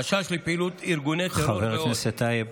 חשש לפעילות של ארגוני טרור ועוד.